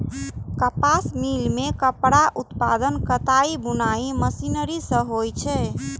कपास मिल मे कपड़ाक उत्पादन कताइ बुनाइ मशीनरी सं होइ छै